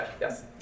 Yes